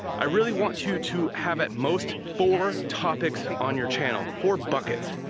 i really want you to have at most four topics on your channel. four buckets.